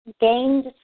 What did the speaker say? gained